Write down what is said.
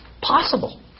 possible